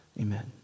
Amen